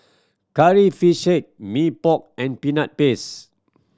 Curry Fish Head Mee Pok and Peanut Paste